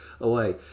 Away